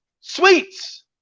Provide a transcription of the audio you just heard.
sweets